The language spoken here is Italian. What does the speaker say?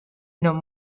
non